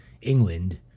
England